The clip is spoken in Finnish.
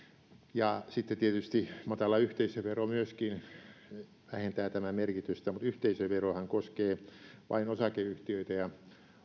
ja sitten tietysti matala yhteisövero myöskin vähentää tämän merkitystä mutta yhteisöverohan koskee vain osakeyhtiöitä ja